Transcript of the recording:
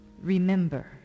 remember